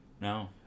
No